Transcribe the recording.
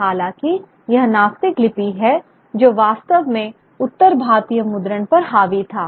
और हालाँकि यह नास्तिक लिपि है जो वास्तव में उत्तर भारतीय मुद्रण पर हावी था